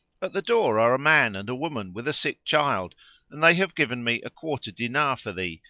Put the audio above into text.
at the door are a man and a woman with a sick child and they have given me a quarter dinar for thee,